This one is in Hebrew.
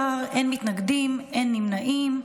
17, אין מתנגדים, אין נמנעים.